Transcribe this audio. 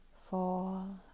fall